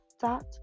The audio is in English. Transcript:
dot